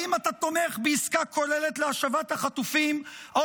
האם אתה תומך בעסקה כוללת להשבת החטופים או